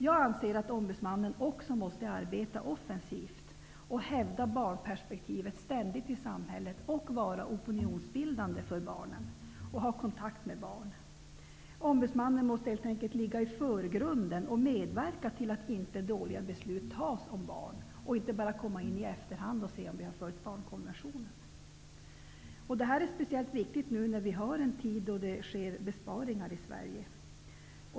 Jag anser att ombudsmannen också måste arbeta offensivt, ständigt hävda barnperspektivet i samhället, vara opinionsbildande och ha kontakt med barnen. Ombudsmannen måste helt enkelt ligga i förgrunden och medverka till att det inte fattas dåliga beslut om barn, och inte komma in i efterhand och se om vi har följt barnkonventionen. Det är speciellt viktigt i tider av besparingar i Sverige.